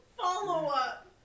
follow-up